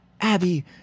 Abby